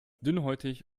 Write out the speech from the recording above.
dünnhäutig